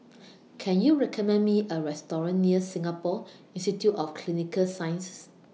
Can YOU recommend Me A Restaurant near Singapore Institute of Clinical Sciences